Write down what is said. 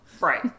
Right